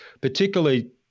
particularly